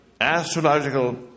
astrological